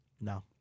No